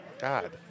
God